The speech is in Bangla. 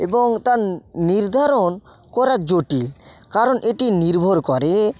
এবং তা নির্ধারণ করা জটিল কারণ এটি নির্ভর করে